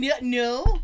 no